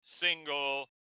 single